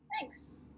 Thanks